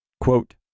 quote